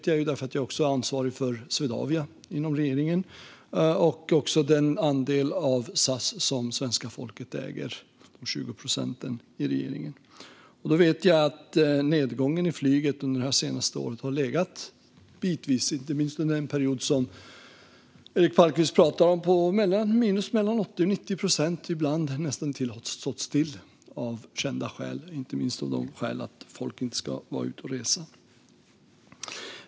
Jag är ansvarig för Swedavia inom regeringen och också den andel - 20 procent - av SAS som svenska folket äger, och jag vet att nedgången i flyget under det senaste året har varit 80-90 procent. Det gäller inte minst den period som Eric Palmqvist pratar om. Ibland har det nästintill stått stilla av kända skäl, som att folk inte ska vara ute och resa.